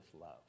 love